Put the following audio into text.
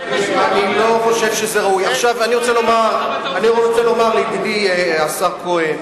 אני רוצה לומר לידידי השר כהן: